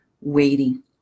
waiting